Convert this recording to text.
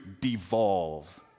devolve